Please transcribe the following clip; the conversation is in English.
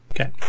Okay